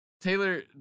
Taylor